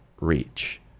reach